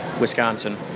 Wisconsin